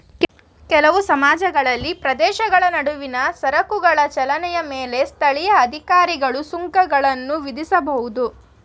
ಕೆಲವು ಸಮಾಜಗಳಲ್ಲಿ ಪ್ರದೇಶಗಳ ನಡುವಿನ ಸರಕುಗಳ ಚಲನೆಯ ಮೇಲೆ ಸ್ಥಳೀಯ ಅಧಿಕಾರಿಗಳು ಸುಂಕಗಳನ್ನ ವಿಧಿಸಬಹುದು